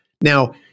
Now